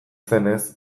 zenez